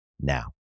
Now